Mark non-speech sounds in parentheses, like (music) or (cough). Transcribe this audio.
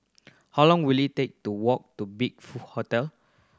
how long will it take to walk to Big (unintelligible) Hotel